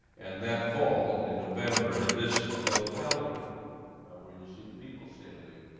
and that fall, in november, at this locality where you see the people standing,